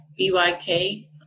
BYK